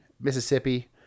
Mississippi